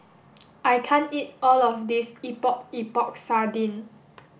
I can't eat all of this Epok Epok Sardin